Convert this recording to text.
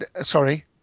Sorry